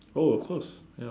oh of course